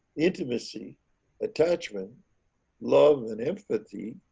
intimacy attachment love and empathy.